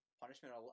punishment